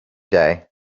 day